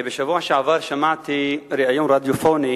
בשבוע שעבר שמעתי ריאיון רדיופוני